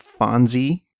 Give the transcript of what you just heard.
Fonzie